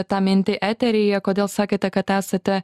tą mintį eteryje kodėl sakėte kad esate